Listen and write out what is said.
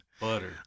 Butter